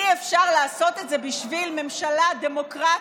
אי-אפשר לעשות את זה בשביל ממשלה דמוקרטית,